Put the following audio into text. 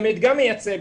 זה מדגם מייצג.